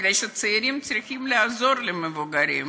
בגלל שהצעירים צריכים לעזור למבוגרים,